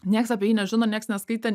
nieks apie jį nežino nieks neskaitė